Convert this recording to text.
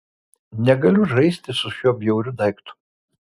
negaliu žaisti su šiuo bjauriu daiktu